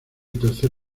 tercer